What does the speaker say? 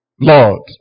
Lord